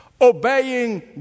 obeying